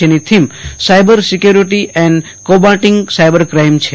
જેની theme cyber security and combating cyber crime છે